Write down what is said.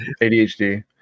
ADHD